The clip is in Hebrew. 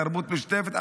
תרבות משותפת,